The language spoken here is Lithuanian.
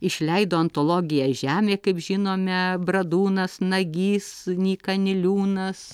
išleido antologiją žemė kaip žinome bradūnas nagys nyka niliūnas